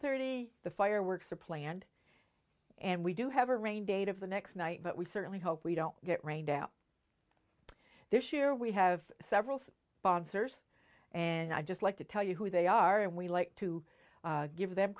thirty the fireworks are planned and we do have a rain date of the next night but we certainly hope we don't get rained out this year we have several bonser and i just like to tell you who they are and we like to give them